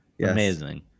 amazing